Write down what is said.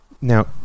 Now